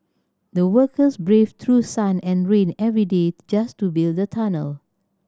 the workers braved through sun and rain every day just to build the tunnel